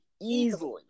easily